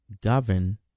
govern